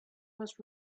was